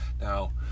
Now